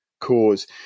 cause